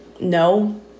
No